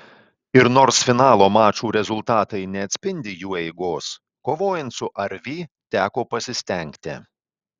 ir nors finalo mačų rezultatai neatspindi jų eigos kovojant su arvi teko pasistengti